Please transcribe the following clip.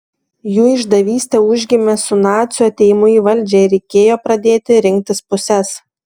jų išdavystė užgimė su nacių atėjimu į valdžią ir reikėjo pradėti rinktis puses